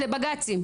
לבג"צים,